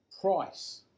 price